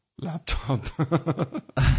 laptop